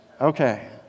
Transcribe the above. Okay